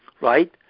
right